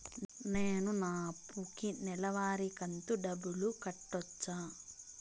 నేను నా అప్పుకి నెలవారి కంతు డబ్బులు కట్టొచ్చా?